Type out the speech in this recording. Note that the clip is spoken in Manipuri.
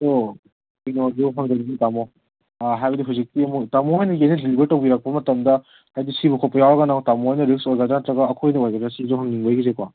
ꯑꯣ ꯍꯥꯏꯕꯗꯤ ꯍꯧꯖꯤꯛꯇꯤ ꯑꯃꯨꯛ ꯇꯥꯃꯣ ꯍꯣꯏꯅ ꯌꯦꯟꯁꯦ ꯗꯤꯂꯤꯕꯔ ꯇꯧꯕꯤꯔꯛꯄ ꯃꯇꯝꯗ ꯍꯥꯏꯗꯤ ꯁꯤꯕ ꯈꯣꯠꯄ ꯌꯥꯎꯔꯒꯅ ꯑꯃꯨꯛ ꯇꯥꯃꯣ ꯍꯣꯏꯅ ꯔꯤꯛꯁ ꯑꯣꯏꯒꯗ꯭ꯔꯥ ꯅꯠꯇ꯭ꯔꯒ ꯑꯩꯈꯣꯏꯅ ꯑꯣꯏꯒꯗ꯭ꯔꯥ ꯁꯤꯁꯨ ꯍꯪꯅꯤꯡꯕ ꯑꯩꯒꯤꯁꯦꯀꯣ